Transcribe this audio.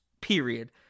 Period